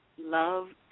love